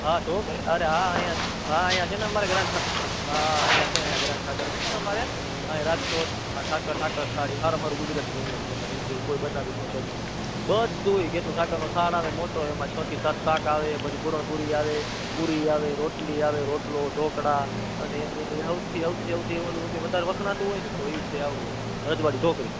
હા તો કંઇ અરે હા આયાજ હા આયા છેને અમારે ગ્રાન ઠાક હા હા અઇયાં છે અઇયાં ગરાન ઠાકોર છેને અમારે આયા રાજકોટ આ ઠાકર ઠાકર થાળી હારામાં હારું ગુજરાતી જમવાનું બનાવે એના જેવુ કોઈ બનાવીજ નો શકે બધુંય કેટલુંય ઠાકરનો થાળ આવે મોતો એમાં છોથી સાત શાક આવે પછી પૂરણ પૂરી આવે પૂરી આવે રોટલી આવે રોટલો ઢોકળા અને એની નિનીની હઉથી હઉથી હઉથી ઓલું કે વખણાતું હોયને તો ઇ છે આવળૂ આ રજવાળી ઢોકળી